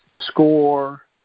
Score